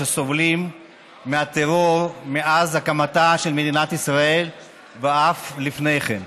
שסובלים מהטרור מאז הקמתה של מדינת ישראל ואף לפני כן,